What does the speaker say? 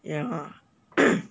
yeah